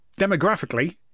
Demographically